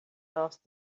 asked